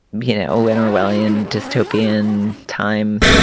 you know, an orwellian dystopia in time.